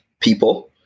people